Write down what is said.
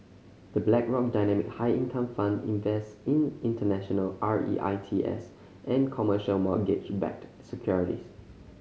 The Blackrock Dynamic High Income Fund invests in international R E I T S and commercial mortgage backed securities